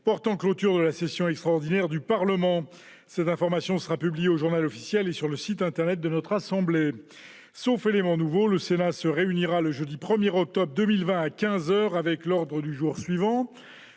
portant clôture de la session extraordinaire du Parlement. Cette information sera publiée au et sur le site internet de notre assemblée. Sauf élément nouveau, le Sénat se réunira le jeudi 1 octobre 2020, à 15 heures, avec l'ordre du jour suivant